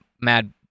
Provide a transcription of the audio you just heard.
mad